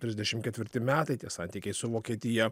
trisdešimt ketvirti metai tie santykiai su vokietija